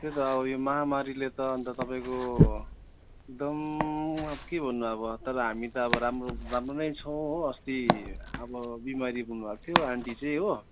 त्यही त अब यो महामारीले त अन्त तपाईँको एकदम अब के भन्नु अब तर हामी त अब राम्रो राम्रो नै छौँ हो अस्ति अब बिमारी हुनुभएको थियो आन्टी चाहिँ हो